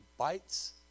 Bites